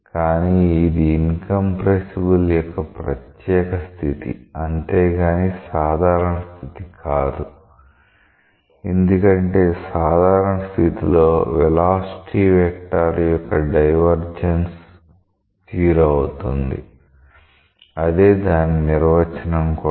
కానీ ఇది incompressible యొక్క ప్రత్యేక స్థితి అంతేగాని సాధారణ స్థితి కాదు ఎందుకంటే సాధారణ స్థితిలో వెలాసిటి వెక్టార్ యొక్క డైవర్జన్స్ 0 అవుతుంది ఇదే దాని నిర్వచనం కూడా